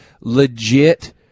legit